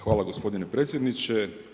Hvala gospodine predsjedniče.